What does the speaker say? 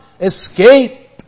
escape